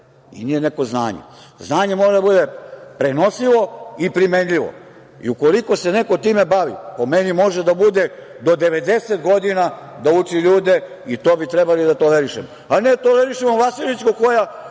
i nije neko znanje. Znanje mora da bude prenosivo i primenljivo. Ukoliko se neko time bavi, po meni, može da bude do 90 godina da uči ljude i to bi trebalo da tolerišemo. A ne da tolerišemo Vasilićku koja